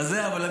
אז אתה יודע,